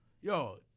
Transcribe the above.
Yo